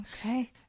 okay